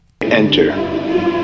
Enter